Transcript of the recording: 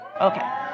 Okay